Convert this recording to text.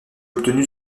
obtenu